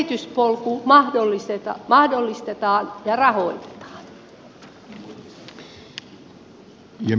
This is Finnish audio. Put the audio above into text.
kuinka tämä kehityspolku mahdollistetaan ja rahoitetaan